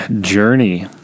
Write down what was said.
journey